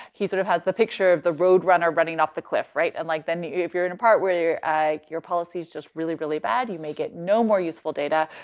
he sort of has the picture of the roadrunner running off the cliff, right? and like them you if you're in a part where your i your policy is just really really bad. you may get no more useful data.